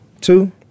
two